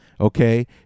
okay